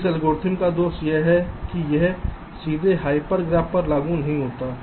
इस एल्गोरिथ्म का दोष यह है कि यह सीधे हाइपर ग्राफ पर लागू नहीं होता है